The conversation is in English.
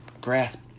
grasp